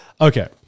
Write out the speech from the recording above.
Okay